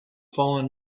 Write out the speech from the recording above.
fallen